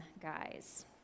guys